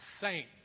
saint